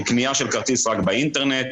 עם קנייה של כרטיס רק באינטרנט,